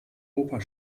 oper